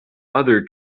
other